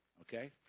Okay